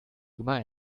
gemein